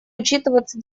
учитываться